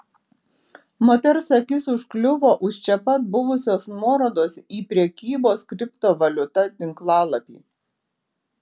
moters akis užkliuvo už čia pat buvusios nuorodos į prekybos kriptovaliuta tinklalapį